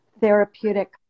therapeutic